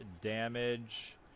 damage